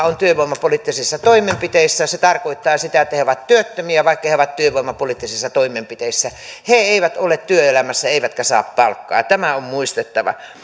on työvoimapoliittisissa toimenpiteissä se tarkoittaa sitä että he ovat työttömiä ja vaikka he ovat työvoimapoliittisissa toimenpiteissä he eivät ole työelämässä eivätkä saa palkkaa niin tämä on muistettava